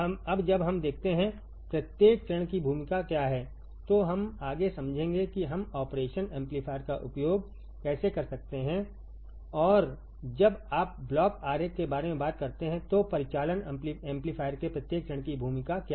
अब जब हम देखते हैंप्रत्येक चरण की भूमिका क्या है तो हमआगेसमझेंगेकि हम ऑपरेशन एम्पलीफायर का उपयोग कैसे कर सकते हैं और जब आप ब्लॉक आरेख के बारे में बात करते हैं तो परिचालन एम्पलीफायर के प्रत्येक चरण की भूमिका क्या है